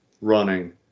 running